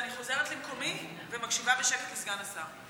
ואני חוזרת למקומי ומקשיבה בשקט לסגן השר.